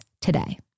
today